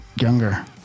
younger